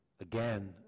again